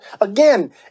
Again